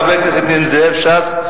חבר הכנסת נסים זאב מש"ס,